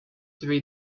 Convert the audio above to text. three